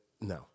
no